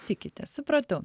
tikite supratau